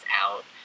out